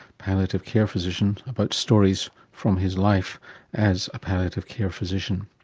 palliative care physician about stories from his life as a palliative care physician.